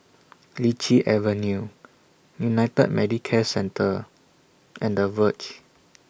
Lichi Avenue United Medicare Centre and The Verge